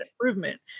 improvement